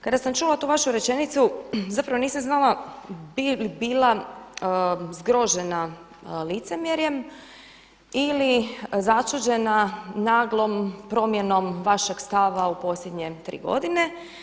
Kada sam čula tu vašu rečenicu zapravo nisam znala bi li bila zgrožena licemjerjem ili začuđena naglom promjenom vašeg stava u posljednje tri godine.